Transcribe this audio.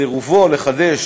או סירוב לחדשו,